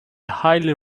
highly